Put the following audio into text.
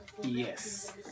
Yes